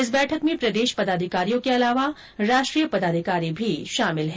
इस बैठक में प्रदेश पदाधिकारियों के अलावा राष्ट्रीय पदाधिकारी भी शामिल है